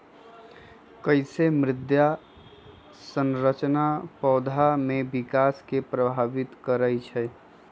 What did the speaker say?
कईसे मृदा संरचना पौधा में विकास के प्रभावित करई छई?